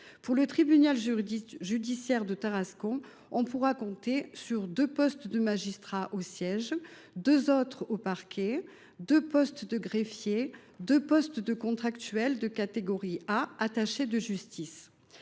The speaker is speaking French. Le tribunal judiciaire de Tarascon pourra compter sur deux postes de magistrat du siège, deux autres au parquet, deux postes de greffier, deux postes de contractuel de catégorie A, attachés de justice.